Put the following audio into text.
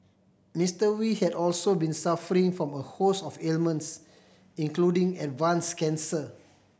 Mister Wee had also been suffering from a host of ailments including advanced cancer